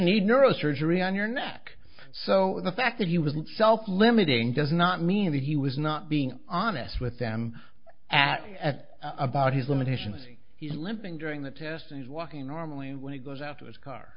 need neurosurgery on your neck so the fact that he was not self limiting does not mean that he was not being honest with them at at about his limitations he's limping during the test and is walking normally when he goes out to his car